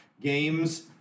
games